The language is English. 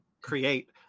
create